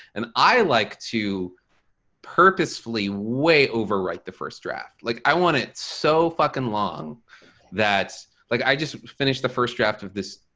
and i like to purposefully way over write the first draft. like, i want it so fucking long that's like i just finished the first draft of this,